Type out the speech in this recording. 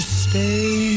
stay